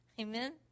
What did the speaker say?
Amen